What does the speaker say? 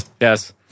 Yes